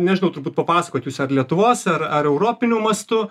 nežinau turbūt papasakot jūs ar lietuvos ar ar europiniu mastu